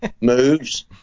moves